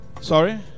sorry